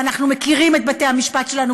ואנחנו מכירים את בתי-המשפט שלנו,